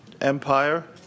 Empire